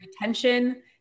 retention